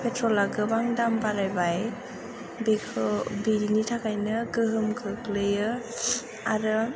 पेट्रला गोबां दाम बारायबाय बेनि थाखायनो गोहोम खोख्लैयो आरो